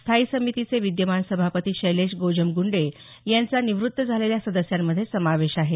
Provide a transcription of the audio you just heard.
स्थायी समितीचे विद्यमान सभापती शैलेश गोजमगुंडे यांचा निवृत्त झालेल्या सदस्यांमध्ये समावेश आहे